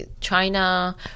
China